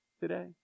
today